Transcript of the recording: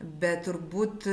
bet turbūt